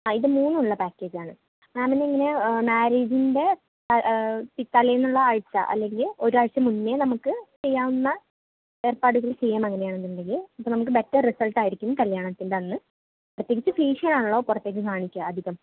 ആ ഇത് മൂന്നുമുള്ള പാക്കേജ് ആണ് മാമിന് എങ്ങനെയാണ് മ്യാരേജിൻ്റെ പിറ്റ് തലേന്നുള്ള ആഴ്ച അല്ലെങ്കിൽ ഒരാഴ്ച മുന്നേ നമുക്ക് ചെയ്യാവുന്ന ഏർപ്പാടുകൾ ചെയ്യാം അങ്ങനെയാണെന്നുണ്ടെങ്കിൽ അപ്പോൾ നമുക്ക് ബെറ്റർ റിസൾട്ട് ആയിരിക്കും കല്യാണത്തിന്റെ അന്ന് പ്രത്യേകിച്ച് ഫേഷ്യൽ ആണല്ലോ പുറത്തേക്ക് കാണിക്കുക അധികം